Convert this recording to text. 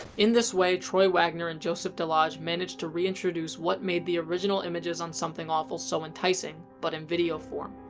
in this way, troy wagner and joseph delage managed to reintroduce what made the original images on something awful so enticing, but in video form.